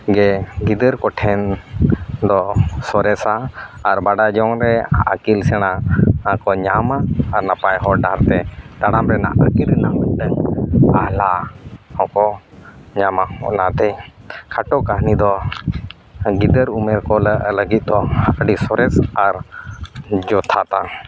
ᱜᱮ ᱜᱤᱫᱟᱹᱨ ᱠᱚᱴᱷᱮᱱ ᱫᱚ ᱥᱚᱨᱮᱥᱟ ᱟᱨ ᱵᱟᱰᱟᱭ ᱡᱚᱝᱨᱮ ᱟᱹᱠᱤᱞ ᱥᱮᱬᱟ ᱠᱚ ᱧᱟᱢᱟ ᱟᱨ ᱱᱟᱯᱟᱭ ᱦᱚᱨ ᱰᱟᱦᱟᱨᱛᱮ ᱛᱟᱲᱟᱢ ᱨᱮᱱᱟᱜ ᱟᱹᱠᱷᱤᱨ ᱨᱮᱱᱟᱜ ᱢᱤᱫᱴᱟᱹᱝ ᱟᱞᱦᱟ ᱦᱚᱸᱠᱚ ᱧᱟᱢᱟ ᱚᱱᱟᱛᱮ ᱠᱷᱟᱴᱚ ᱠᱟᱹᱱᱦᱤ ᱫᱚ ᱜᱤᱫᱟᱹᱨ ᱩᱢᱮᱹᱨ ᱠᱚ ᱞᱟᱹᱜᱤᱫ ᱫᱚ ᱟᱹᱰᱤ ᱥᱚᱨᱮᱥ ᱟᱨ ᱡᱚᱛᱷᱟᱛᱟ